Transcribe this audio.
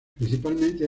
principalmente